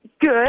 good